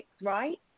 right